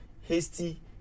hasty